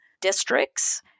districts